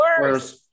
worse